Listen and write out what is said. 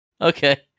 Okay